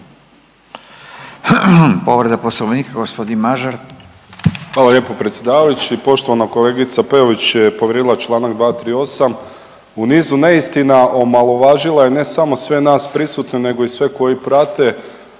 Povreda poslovnika g. Mažar. **Mažar, Nikola (HDZ)** Hvala lijepo predsjedavajući. Poštovana kolegica Peović je povrijedila čl. 238., u nizu neistina omalovažila je ne samo sve nas prisutne nego i sve koji prate.